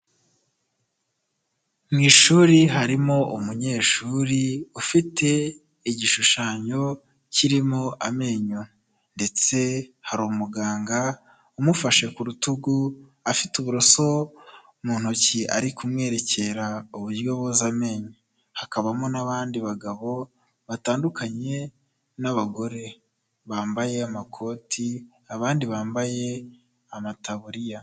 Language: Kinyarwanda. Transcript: Mu ishuri harimo umunyeshuri ufite igishushanyo kirimo amenyo. Ndetse hari umuganga umufashe ku rutugu, afite uburoso mu ntoki, ari kumwerekera uburyo boza amenyo. Bakabamo n'abandi bagabo batandukanye, n'abagore. Bambaye amakoti, abandi bambaye amataburiya.